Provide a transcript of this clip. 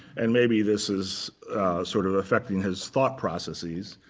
and maybe this is sort of affecting his thought processes.